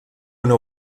una